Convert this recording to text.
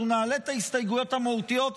אנחנו נעלה את ההסתייגויות המהותיות,